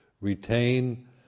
retain